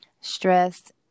stress